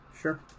Sure